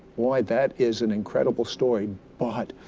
boy, that is an incredible story but